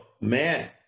man